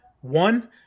One